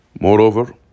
Moreover